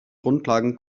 grundlagen